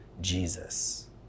Jesus